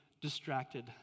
distracted